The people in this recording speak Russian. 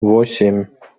восемь